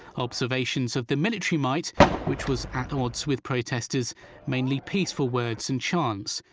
observations of the military might which was at odds with protesters' mainly peaceful words and chants.